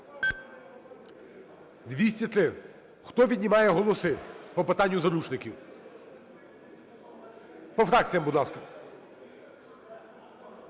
За-203 Хто віднімає голоси по питанню заручників. По фракціях, будь ласка: